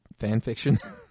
fanfiction